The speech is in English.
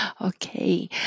Okay